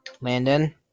Landon